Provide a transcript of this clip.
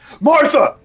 Martha